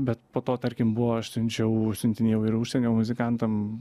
bet po to tarkim buvo aš siunčiau siuntinėjau ir užsienio muzikantam